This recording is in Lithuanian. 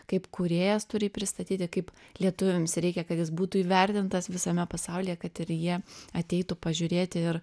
kaip kūrėjas turi jį pristatyti kaip lietuviams reikia kad jis būtų įvertintas visame pasaulyje kad ir jie ateitų pažiūrėti ir